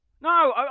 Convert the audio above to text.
No